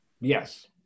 Yes